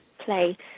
play